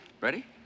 Ready